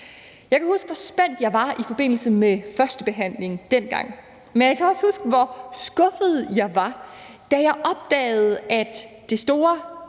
Jeg kan huske, hvor spændt jeg var i forbindelse med førstebehandlingen dengang, men jeg kan også huske, hvor skuffet jeg var, da jeg opdagede, at det store